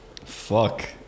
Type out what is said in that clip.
Fuck